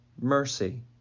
mercy